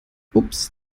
ups